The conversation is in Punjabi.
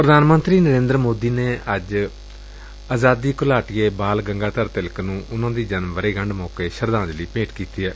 ਪ੍ਰਧਾਨ ਮੰਤਰੀ ਨਰੇਦਰ ਮੋਦੀ ਨੇ ਅੱਜ ਆਜ਼ਾਦੀ ਘੁਲਾਟੀਏ ਬਾਲ ਗੰਗਾਧਰ ਤਿਲਕ ਨੂੰ ਉਨ੍ਹਾ ਦੀ ਜਨਮ ਵਰੇਗੰਢ ਮੌਕੇ ਸ਼ਰਧਾਂਜਲੀ ਭੇਂਟ ਕੀਤੀ ਏ